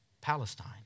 Palestine